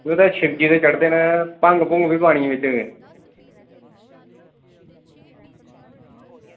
हां शिव जी चढ़दे न भंग भूंग बी पानी बिच्च केह्